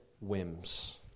whims